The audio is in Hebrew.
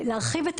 להרחיב את